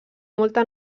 molta